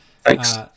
thanks